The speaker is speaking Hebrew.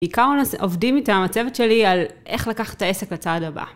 ועיקר עובדים איתם, הצוות שלי, על איך לקחת את העסק לצעד הבא.